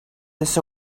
this